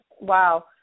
Wow